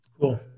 Cool